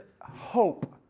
hope